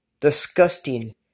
disgusting